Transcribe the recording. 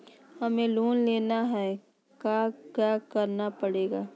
हमें लोन लेना है क्या क्या करना पड़ेगा?